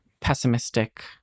pessimistic